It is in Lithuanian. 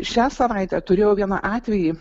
šią savaitę turėjau vieną atvejį